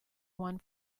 one